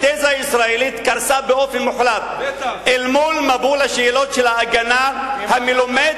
הישראלית קרסה באופן מוחלט אל מול מבול השאלות של ההגנה המלומדת,